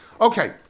Okay